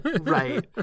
Right